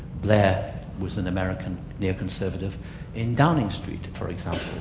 there was an american neo-conservative in downing street for example,